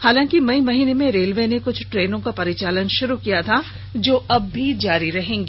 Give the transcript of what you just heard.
हालांकि मई महीने में रेलवे ने कुछ ट्रेनों का परिचालन शुरू किया था जो अब भी जारी रहेंगी